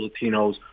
Latinos